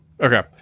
Okay